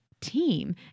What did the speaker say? team